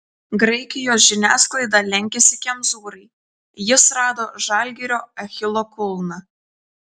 graikijos žiniasklaida lenkiasi kemzūrai jis rado žalgirio achilo kulną